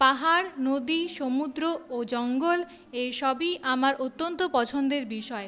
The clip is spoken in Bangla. পাহাড় নদী সমুদ্র ও জঙ্গল এই সবই আমার অত্যন্ত পছন্দের বিষয়